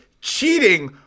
cheating